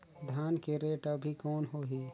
धान के रेट अभी कौन होही?